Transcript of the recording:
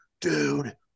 Dude